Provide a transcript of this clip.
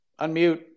unmute